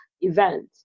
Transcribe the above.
event